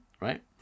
right